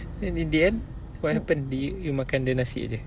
then in the end what happened did you makan the nasi jer